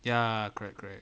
ya correct correct